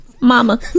mama